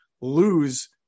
lose